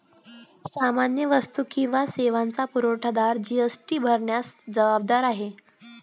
सामान्य वस्तू किंवा सेवांचा पुरवठादार जी.एस.टी भरण्यास जबाबदार आहे